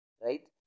right